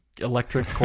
electric